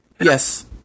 yes